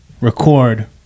Record